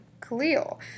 Khalil